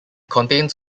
contains